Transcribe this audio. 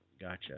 gotcha